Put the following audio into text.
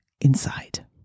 inside